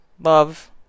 love